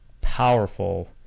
powerful